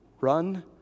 run